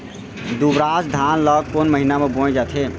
दुबराज धान ला कोन महीना में बोये जाथे?